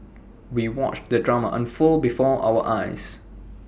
we watched the drama unfold before our eyes